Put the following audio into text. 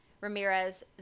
Ramirez